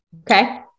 Okay